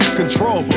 control